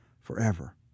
forever